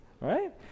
right